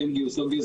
כן גיוס או לא גיוס.